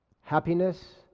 happiness